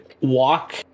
walk